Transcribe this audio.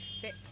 fit